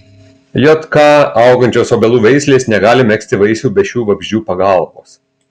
jk augančios obelų veislės negali megzti vaisių be šių vabzdžių pagalbos